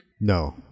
No